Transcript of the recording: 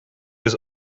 was